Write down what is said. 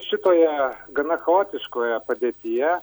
šitoje gana chaotiškoje padėtyje